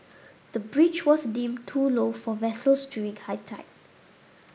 the bridge was deemed too low for vessels during high tide